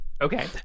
okay